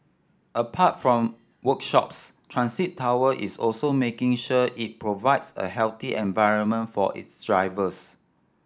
apart from workshops Transit Tower is also making sure it provides a healthy environment for its drivers